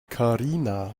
karina